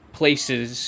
places